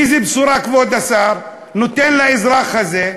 איזו בשורה כבוד השר נותן לאזרח הזה,